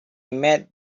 met